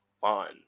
fun